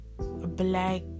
black